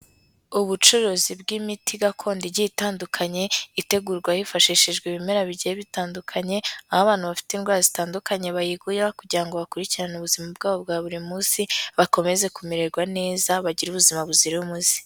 Ubucuruzi bw'imiti gakondo igiye itandukanye itegurwa hifashishijwe ibimera bigiye bitandukanye, aho abana bafite indwara zitandukanye bayigura kugira ngo bakurikirane ubuzima bwabo bwa buri munsi bakomeze kumererwa neza bagire ubuzima buzira umuze.